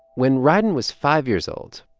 when rieden was five years old,